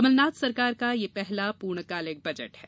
कमलनाथ सरकार का यह पहला पूर्णकालिक बजट है